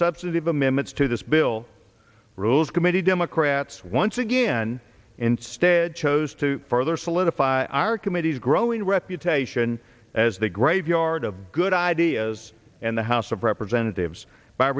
substantive amendments to this bill rules committee democrats once again instead chose to further solidify our committee's growing reputation as the graveyard of good ideas and the house of representatives by